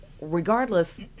regardless